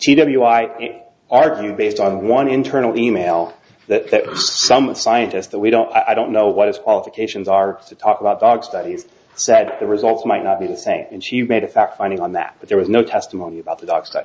w i argue based on one internal e mail that some scientist that we don't i don't know what his qualifications are to talk about dog studies that the results might not be the same and she made a fact finding on that but there was no testimony about the d